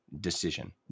decision